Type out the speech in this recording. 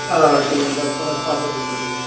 آ کِلوُن ڈبہٕ کُن اَسہِ پانٛژسَتتھ رۄپیہِ